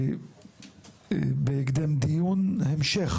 בהקדם דיון המשך.